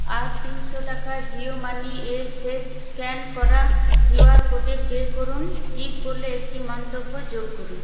আর তিনশো টাকা জিও মানি র শেষ স্ক্যান করা কিউআর কোডে পে করুন টিপ বলে একটি মন্তব্য যোগ করুন